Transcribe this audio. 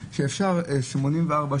יש איזה חבל ארוך שאפשר 84 שעות.